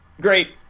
great